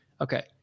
Okay